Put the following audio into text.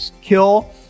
kill